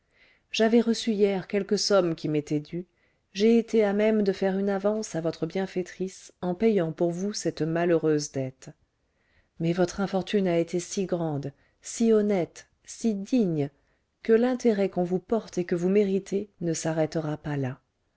j'avais reçu hier quelques sommes qui m'étaient dues j'ai été à même de faire une avance à votre bienfaitrice en payant pour vous cette malheureuse dette mais votre infortune a été si grande si honnête si digne que l'intérêt qu'on vous porte et que vous méritez ne s'arrêtera pas là